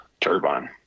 turbine